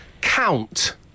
Count